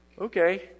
Okay